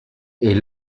est